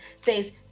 Says